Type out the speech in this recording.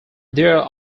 there